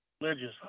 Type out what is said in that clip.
Religious